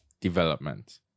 development